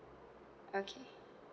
okay